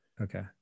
Okay